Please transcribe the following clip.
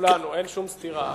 אין שום סתירה.